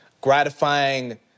gratifying